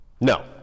No